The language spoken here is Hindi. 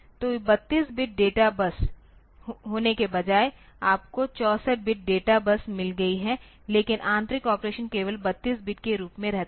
तो 32 बिट डेटा बस होने के बजाय आपको 64 बिट डेटा बस मिल गई है लेकिन आंतरिक ऑपरेशन केवल 32 बिट के रूप में रहता है